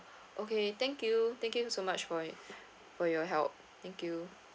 okay thank you thank you so much for it for your help thank you